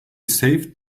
saved